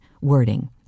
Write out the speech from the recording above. wording